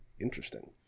interesting